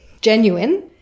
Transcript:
genuine